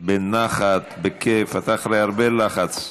בנחת, בכיף, אתה אחרי הרבה לחץ.